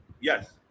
yes